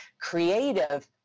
creative